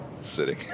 sitting